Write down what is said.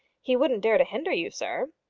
he wouldn't dare to hinder you, sir.